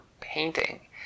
painting